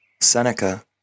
Seneca